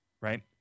right